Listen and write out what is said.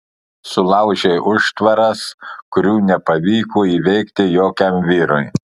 sulaužei užtvaras kurių nepavyko įveikti jokiam vyrui